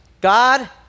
God